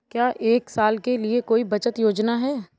क्या एक साल के लिए कोई बचत योजना है?